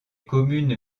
communes